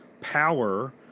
power